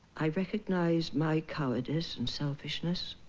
i recognize my cowardice and selfishness